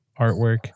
artwork